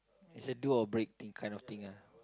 it's a do or break thing I don't think ah